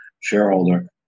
shareholder